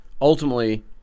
ultimately